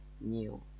new